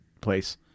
place